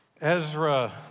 Ezra